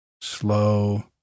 Slow